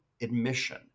admission